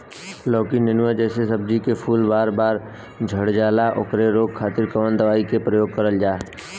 लौकी नेनुआ जैसे सब्जी के फूल बार बार झड़जाला ओकरा रोके खातीर कवन दवाई के प्रयोग करल जा?